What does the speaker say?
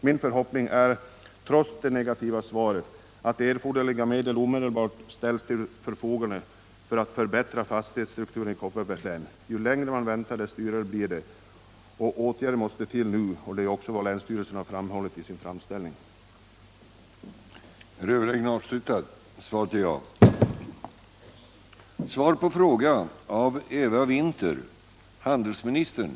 Min förhoppning är, trots det negativa svaret, att erforderliga medel omedelbart ställs till förfogande för förbättring av fastighetsstrukturen i Kopparbergs län. Ju längre man väntar desto dyrare blir det. Åtgärder måste vidtas nu, och det har också länsstyrelsen framhållit och krävt i sin framställning till regeringen den 16 maj 1977.